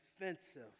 offensive